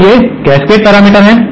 तो ये cascade parameter हैं